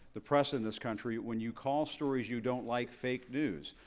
the press in this country when you call stories you don't like fake news?